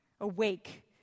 Awake